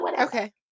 Okay